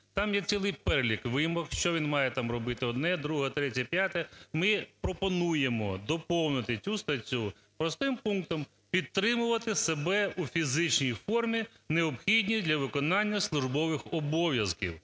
Там є цілий перелік вимог, що він має там робити одне, друге, третє, п'яте. Ми пропонуємо доповнити цю статтю простим пунктом: підтримувати себе у фізичній формі, необхідній для виконання службових обов'язків.